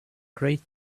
great